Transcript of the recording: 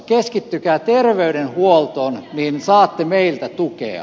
keskittykää terveydenhuoltoon niin saatte meiltä tukea